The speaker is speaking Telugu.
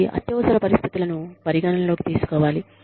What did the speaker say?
ఇది అత్యవసర పరిస్థితులను పరిగణనలోకి తీసుకోవాలి